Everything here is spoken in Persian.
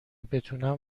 بتونم